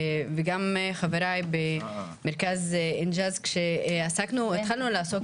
וגם חבריי במרכז אלג'ז כשהתחלנו לעסוק